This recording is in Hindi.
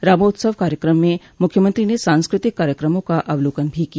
रामोत्सव कार्यक्रम में मुख्यमंत्री ने सांस्कृतिक कार्यक्रमों का अवलोकन भी किया